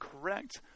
correct